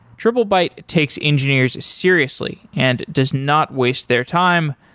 triplebyte takes engineers seriously and does not waste their time.